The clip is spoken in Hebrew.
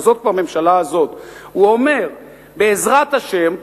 אנחנו בעד בניית בית-המקדש.